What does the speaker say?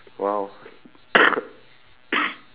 !wow!